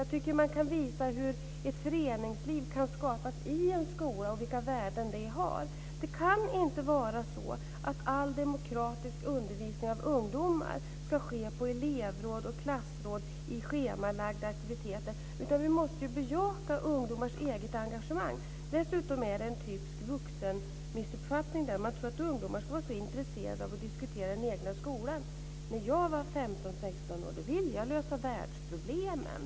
Det går att visa hur föreningsliv kan skapas i en skola och vilka värden det har. All demokratisk undervisning av ungdomar kan inte ske på elevråd och klassråd i samband med schemalagda aktiviteter. Vi måste bejaka ungdomars egna engagemang. Det är en typisk vuxenmissuppfattning att tro att ungdomar skulle vara så intresserade av att diskutera den egna skolan. När jag var 15 16 år ville jag lösa världsproblemen.